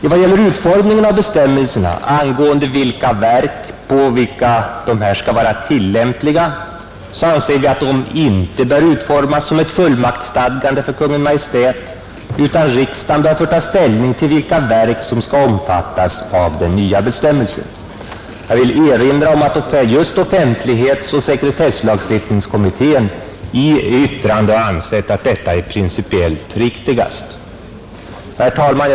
I vad gäller utformningen av bestämmelserna angående vilka verk som dessa föreskrifter skall vara tillämpliga på, så anser vi att de inte bör utformas som ett fullmaktsstadgande för Kungl. Maj:t, utan riksdagen bör få ta ställning till vilka verk som skall omfattas av de nya bestämmelserna, Jag vill erinra om att just offentlighetsoch sekretesslagstiftningskommittén i yttrande har ansett att detta är principiellt riktigast. Herr talman!